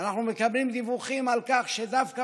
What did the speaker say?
אנחנו מקבלים דיווחים על כך שדווקא